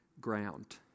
ground